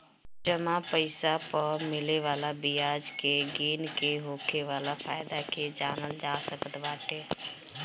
जमा पईसा पअ मिले वाला बियाज के गिन के होखे वाला फायदा के जानल जा सकत बाटे